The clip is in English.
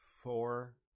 four